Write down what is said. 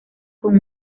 con